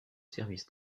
service